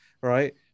right